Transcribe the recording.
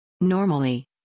Normally